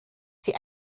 die